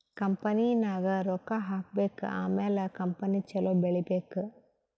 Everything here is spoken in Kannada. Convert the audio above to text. ಕಂಪನಿನಾಗ್ ರೊಕ್ಕಾ ಹಾಕಬೇಕ್ ಆಮ್ಯಾಲ ಕಂಪನಿ ಛಲೋ ಬೆಳೀಬೇಕ್